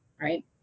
right